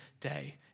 day